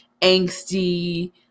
angsty